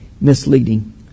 misleading